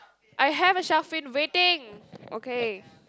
I have a shark fin waiting okay